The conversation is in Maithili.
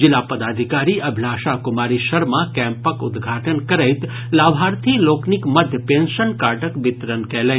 जिला पदाधिकारी अभिलाषा कुमारी शर्मा कैंपक उद्घाटन करैत लाभार्थी लोकनिक मध्य पेंशन कार्डक वितरण कयलनि